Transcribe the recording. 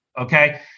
Okay